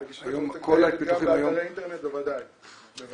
כל הפיתוחים היום --- בוודאי,